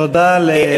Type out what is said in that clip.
תודה לחבר הכנסת.